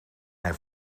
hij